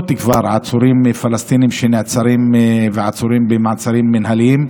כבר מאות עצורים פלסטינים נעצרים ועצורים במעצרים מינהליים.